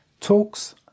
talks